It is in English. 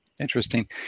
Interesting